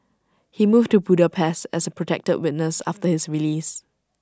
he moved to Budapest as A protected witness after his release